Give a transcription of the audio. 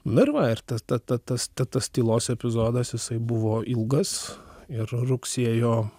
na ir va ir tas ta ta tas ta tas tylos epizodas jisai buvo ilgas ir rugsėjo